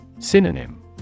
Synonym